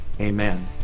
amen